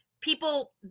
people